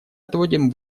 отводим